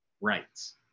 rights